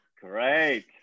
Great